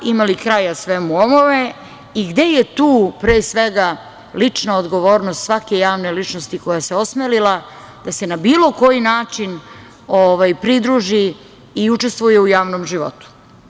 Ima li kraja svemu ovome i gde je tu pre svega lična odgovornost svake javne ličnosti koja se osmelila da se na bilo koji način pridruži i učestvuje u javnom životu?